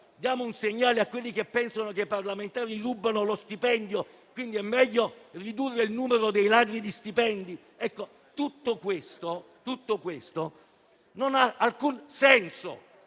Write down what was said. la politica, a quelli che pensano che i parlamentari rubino lo stipendio, per cui è meglio ridurre il numero dei ladri di stipendi. Tutto questo non ha alcun senso,